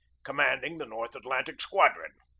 commanding the north atlantic squadron.